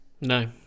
No